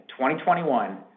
2021